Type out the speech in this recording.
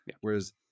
whereas